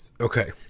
Okay